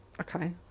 Okay